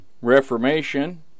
Reformation